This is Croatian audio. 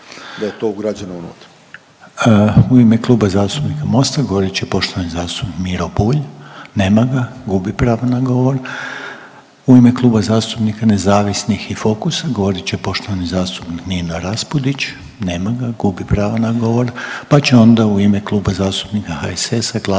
U ime Kluba zastupnika Mosta govorit će poštovani zastupnik Miro Bulj. Nema ga, gubi pravo na govor. U ime Kluba zastupnika nezavisnih i Fokusa govorit će poštovani zastupnik Nino Raspudić. Nema ga, gubi pravo na govor, pa će onda u ime Kluba zastupnika HSS-a, GLAS-a i